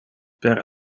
per